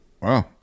Wow